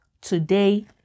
today